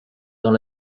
dans